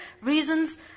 reasons